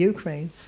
Ukraine